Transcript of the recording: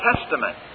Testament